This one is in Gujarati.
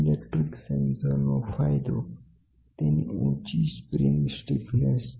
પીઝો ઈલેક્ટ્રીક સેન્સર નો ફાયદો તેની ઉંચી સ્પ્રિંગ સ્ટિફનેસ છે